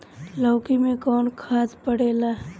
लौकी में कौन खाद पड़ेला?